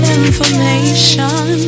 information